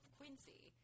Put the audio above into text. Quincy